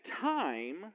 time